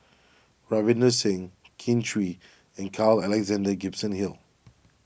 Ravinder Singh Kin Chui and Carl Alexander Gibson Hill